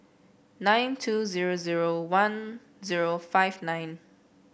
nine two zero zero one zero five nine